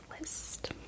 list